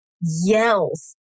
yells